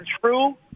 true